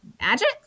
magic